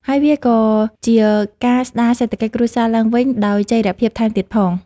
ហើយវាក៏ជាការស្តារសេដ្ឋកិច្ចគ្រួសារឡើងវិញដោយចីរភាពថែមទៀតផង។